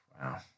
Wow